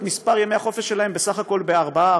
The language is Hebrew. מספר ימי החופש שלהם בסך הכול בארבעה,